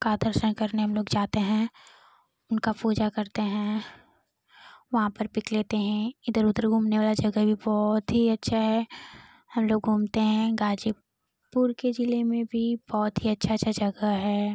का दर्शन करने हम लोग जाते हैं उनका पूजा करते हैं वहाँ पर पिक लेते हें इधर उधर घूमने वाला जगह भी बहुत ही अच्छा है हम लोग घूमते हैं गाजीपुर के ज़िले में भी बहुत ही अच्छा अच्छा जगह है